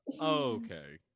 Okay